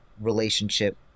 relationship